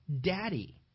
Daddy